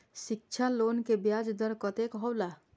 शिक्षा लोन के ब्याज दर कतेक हौला?